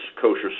kosher